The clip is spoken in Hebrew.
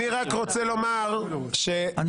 אני רק רוצה לומר ונראה לי --- אני